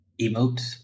emotes